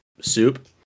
soup